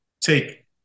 take